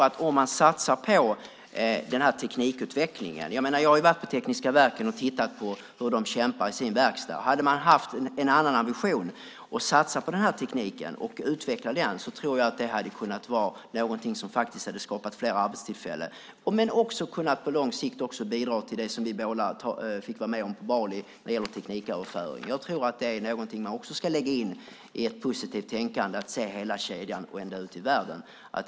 Låt oss satsa på teknikutvecklingen. Jag har sett hur man på Tekniska Verken kämpar i verkstaden. Om det hade varit en annan ambition att satsa på att utveckla tekniken hade det skapat fler arbetstillfällen och på lång sikt bidragit till det som vi båda var med om på Bali när det gäller tekniköverföring. Det är något som också ska läggas in i ett positivt tänkande, nämligen att se hela kedjan ut i världen.